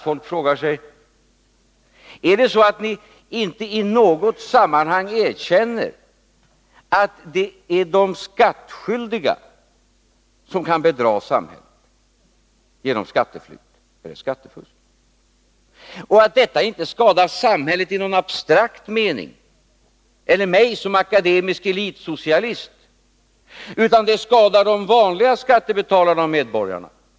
Folk frågar sig: Är det så att ni inte i något sammanhang erkänner att det är de skattskyldiga som kan bedra samhället genom skatteflykt eller skattefusk, att det inte skadar samhället i någon abstrakt mening eller mig som akademisk elitsocialist? Det skadar i stället de vanliga skattebetalarna och medborgarna.